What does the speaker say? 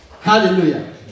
Hallelujah